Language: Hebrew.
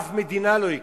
אף מדינה לא הכירה.